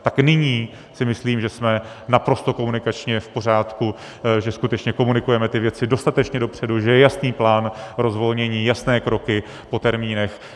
Tak nyní si myslím, že jsme naprosto komunikačně v pořádku, že skutečně komunikujeme ty věci dostatečně dopředu, že je jasný plán rozvolnění, jasné kroky, po termínech.